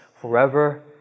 forever